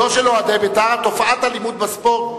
לא של אוהדי "בית"ר" תופעת אלימות בספורט,